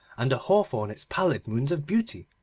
and the hawthorn its pallid moons of beauty.